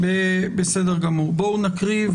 בואו נקרא.